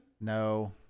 No